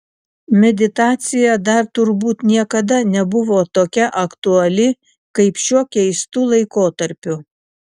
meditacija dar turbūt niekada nebuvo tokia aktuali kaip šiuo keistu laikotarpiu